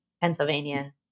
Pennsylvania